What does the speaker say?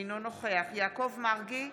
אינו נוכח יעקב מרגי,